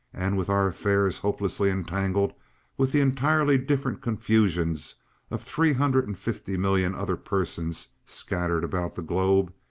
and with our affairs hopelessly entangled with the entirely different confusions of three hundred and fifty million other persons scattered about the globe,